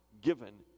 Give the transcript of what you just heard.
given